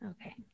Okay